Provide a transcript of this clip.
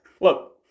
look